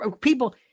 people